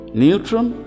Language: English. neutron